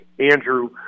Andrew